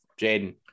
Jaden